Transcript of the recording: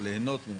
או ליהנות.